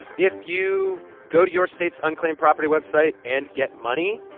if you go to your state's unclaimed property website and get money,